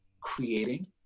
creating